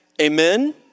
Amen